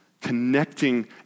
connecting